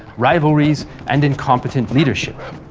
rivalries, and incompetent leadership.